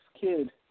kid